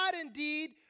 indeed